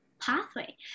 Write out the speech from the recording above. pathway